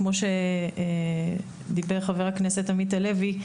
כמו שדיבר חבר הכנסת עמית הלוי,